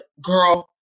girl